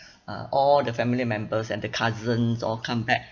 uh all the family members and the cousins all come back